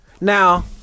Now